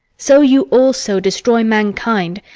so you also destroy mankind,